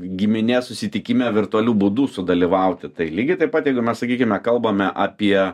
giminės susitikime virtualiu būdu sudalyvauti tai lygiai taip pat jeigu mes sakykime kalbame apie